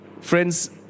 Friends